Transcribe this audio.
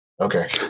Okay